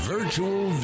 Virtual